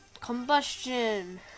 Combustion